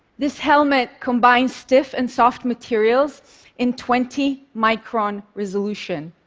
this helmet combines stiff and soft materials in twenty micron resolution.